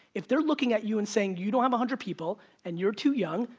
if they're looking at you and saying, you don't have a hundred people and you're too young,